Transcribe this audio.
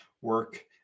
work